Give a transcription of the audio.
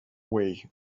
way